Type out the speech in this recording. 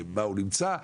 מה הוא נמצא.